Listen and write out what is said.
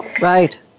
Right